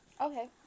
Okay